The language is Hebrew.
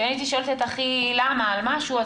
כשהייתי שואלת את אחי למה על משהו,